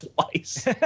twice